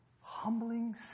humbling